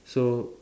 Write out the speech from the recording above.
so